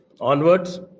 onwards